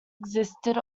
existed